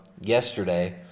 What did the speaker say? yesterday